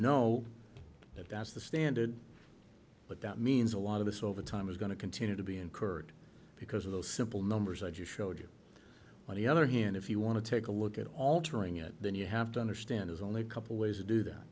know that that's the standard but that means a lot of this overtime is going to continue to be incurred because of those simple numbers i just showed you on the other hand if you want to take a look at altering it then you have to understand is only a couple ways to do that